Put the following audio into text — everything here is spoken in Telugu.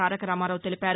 తారక రామారావు తెలిపారు